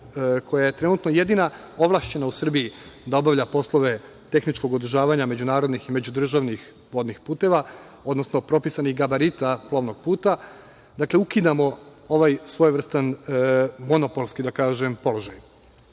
koja je trenutno jedina ovlašćena u Srbiji da obavlja poslove tehničkog održavanja međunarodnih i međudržavnih vodnih puteva, odnosno propisanih gabarita plovnog puta, dakle ukidamo ovaj svojevrstan monopolski, da kažem, položaj. Ovakvo